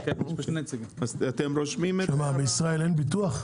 שמה, בישראל אין ביטוח?